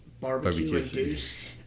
barbecue-induced